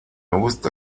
gusta